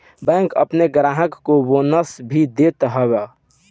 bank अपनी ग्राहक के बोनस भी देत हअ